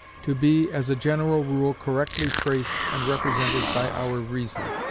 to be, as a general rule, correctly traced and represented by our reason.